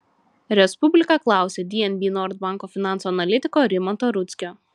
respublika klausė dnb nord banko finansų analitiko rimanto rudzkio